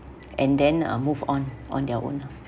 and then uh move on on their own